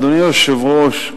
אדוני היושב-ראש,